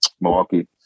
Milwaukee